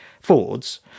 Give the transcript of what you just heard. Ford's